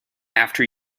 after